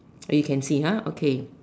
you can see ha okay